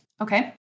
Okay